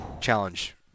challenge